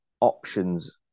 options